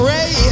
Ray